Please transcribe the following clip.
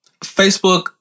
Facebook